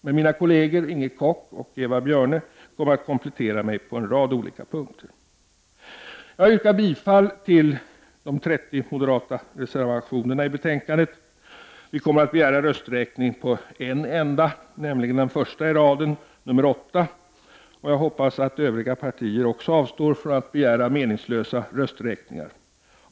Men mina kolleger Inger Koch och Eva Björne kommer att komplettera mig på en rad olika punkter. Jag yrkar bifall till de 30 moderata reservationer som finns fogade till betänkandet. Vi kommer att begära rösträkning på en enda reservation, nämligen nr 8, den första i raden. Jag hoppas att övriga partier också avstår från att begära meningslösa rösträkningar.